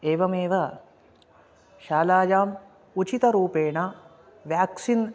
एवमेव शालायाम् उचितरूपेण व्याक्सीन्